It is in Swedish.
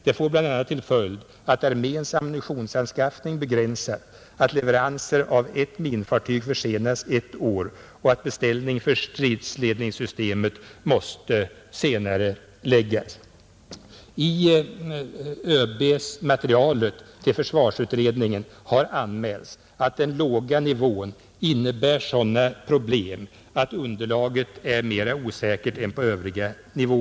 Det får bl.a, till följd att arméns ammunitionsanskaffning begränsas, att leveransen av ett minfartyg försenas ett år och att beställningen för stridsledningssystemet måste senareläggas. I ÖB-materialet till försvarsutredningen har anmälts att den låga nivån innebär sådana problem att underlaget är mera osäkert än på övriga nivåer.